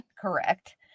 Correct